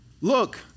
Look